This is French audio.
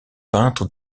peintres